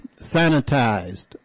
sanitized